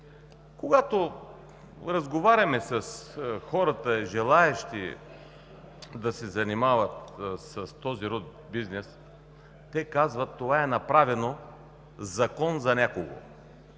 Когато разговаряме с хората, желаещи да се занимават с този род бизнес, казват: това е закон, направен за някого.